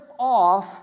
off